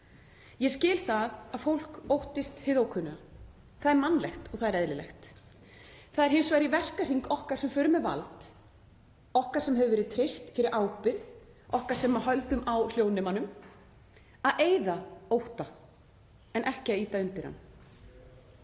Ég skil það að fólk óttist hið ókunna, það er mannlegt og eðlilegt. Það er hins vegar í verkahring okkar sem förum með vald, okkar sem hefur verið treyst fyrir ábyrgð, okkar sem höldum á hljóðnemanum að eyða ótta en ekki ýta undir hann.